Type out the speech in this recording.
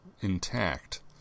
intact